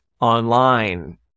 online